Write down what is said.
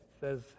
says